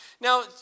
Now